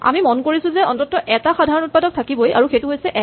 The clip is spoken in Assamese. আমি মন কৰিছো যে অন্ততঃ এটা সাধাৰণ উৎপাদক থাকিবই আৰু সেইটো হৈছে ১